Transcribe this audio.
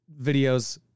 videos